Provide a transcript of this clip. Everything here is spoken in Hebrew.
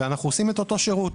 ואנחנו עושים את אותו שירות.